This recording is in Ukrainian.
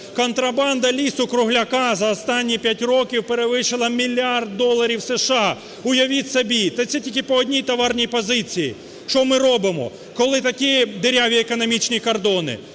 Контрабанда лісу-кругляка за останні 5 років перевищила мільярд доларів США. Уявіть собі. Та це тільки по одній товарній позиції. Що ми робимо, коли такі діряві економічні кордони?